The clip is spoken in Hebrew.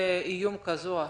לאיום כזה או אחר.